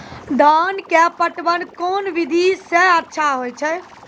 धान के पटवन कोन विधि सै अच्छा होय छै?